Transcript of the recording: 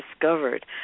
discovered